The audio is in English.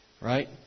right